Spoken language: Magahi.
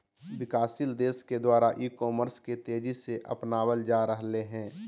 विकासशील देशों के द्वारा ई कॉमर्स के तेज़ी से अपनावल जा रहले हें